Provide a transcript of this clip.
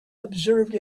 observed